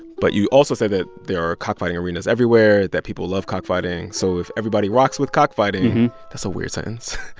but you also say that there are cockfighting arenas everywhere, that people love cockfighting. so if everybody rocks with cockfighting that's a weird sentence